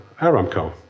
Aramco